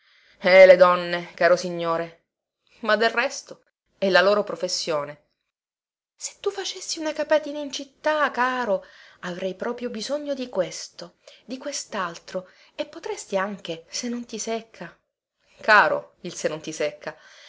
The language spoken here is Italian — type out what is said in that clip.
eh le donne caro signore ma del resto è la loro professione se tu facessi una capatina in città caro avrei proprio bisogno di questo di questaltro e potresti anche se non ti secca caro il